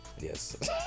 yes